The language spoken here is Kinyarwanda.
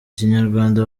kinyarwanda